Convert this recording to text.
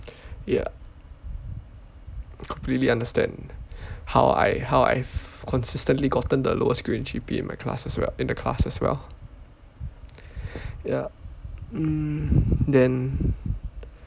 ya completely understand how I how I've consistently gotten the lowest grade in G_P in my classes in the class as well ya mm then